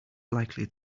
likely